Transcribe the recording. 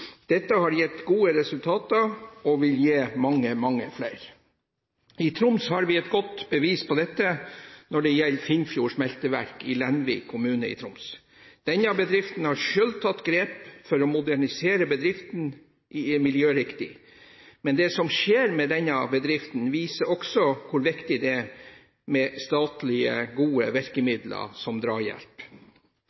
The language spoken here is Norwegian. Dette har gitt gode resultater, og vil gi mange, mange flere. I Troms har vi et godt bevis på dette når det gjelder Finnfjord smelteverk i Lenvik kommune i Troms. Denne bedriften har selv tatt grep for å modernisere bedriften miljøriktig, men det som skjer ved denne bedriften, viser også hvor viktig det er med statlige, gode